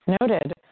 Noted